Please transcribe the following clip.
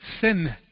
Sin